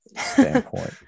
standpoint